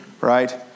right